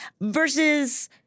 Versus—